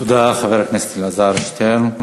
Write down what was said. תודה, חבר הכנסת אלעזר שטרן.